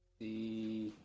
the.